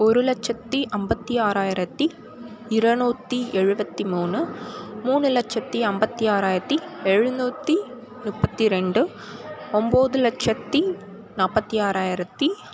ஒரு லட்சத்தி ஐம்பத்தி ஆறாயிரத்தி இருநூத்தி எழுபத்தி மூணு மூணு லட்சத்தி ஐம்பத்தி ஆறாயிரத்தி எழுநூற்றி முப்பத்தி ரெண்டு ஒம்பது லட்சத்தி நாற்பத்தி ஆறாயிரத்தி